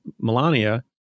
Melania